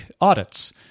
audits